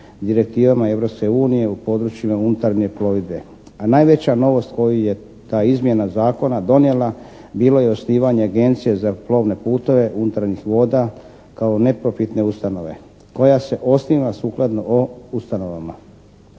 direktivama Europske unije u područjima unutarnje plovidbe. A najveća novost koju je ta izmjena zakona donijela bilo je osnivanje Agencije za plovne putove unutarnjih voda kao neprofitne ustanove koja se osniva sukladno o, ustanovama.